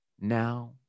now